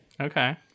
Okay